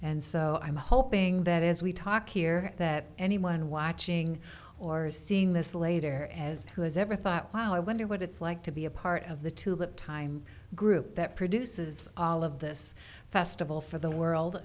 and so i'm hoping that as we talk here that anyone watching or seeing this later as who has ever thought wow i wonder what it's like to be a part of the tulip time group that produces all of this festival for the world